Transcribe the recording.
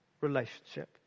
relationship